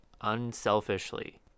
unselfishly